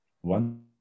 One